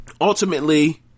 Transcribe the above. ultimately